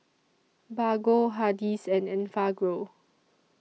Bargo Hardy's and Enfagrow